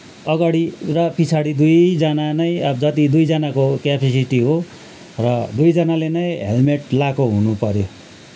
अगाडि र पछाडि दुईजना नै अब जति दुईजनाको क्यापसिटी हो र दुईजनाले नै हेलमेट लगाएको हुनु पर्यो